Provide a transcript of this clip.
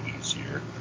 easier